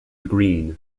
green